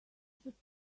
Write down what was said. should